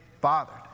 bothered